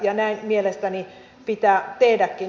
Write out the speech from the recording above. ja näin mielestäni pitää tehdäkin